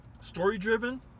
story-driven